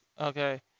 Okay